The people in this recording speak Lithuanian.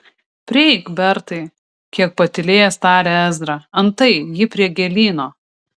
prieik bertai kiek patylėjęs tarė ezra antai ji prie gėlyno